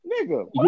nigga